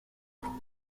vous